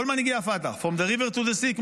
כל מנהיגי החמאס from the river to the sea,